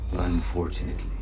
Unfortunately